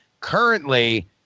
currently